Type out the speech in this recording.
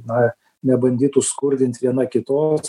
na nebandytų skurdint viena kitos